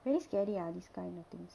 really scary ah these kind of things